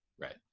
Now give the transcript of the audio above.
Right